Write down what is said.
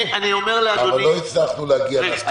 שוב, לא הצלחנו להגיע להסכמות בעניין הזה.